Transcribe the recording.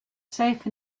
safe